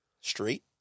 straight